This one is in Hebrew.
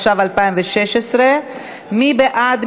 התשע"ו 2016. מי בעד?